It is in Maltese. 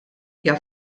hija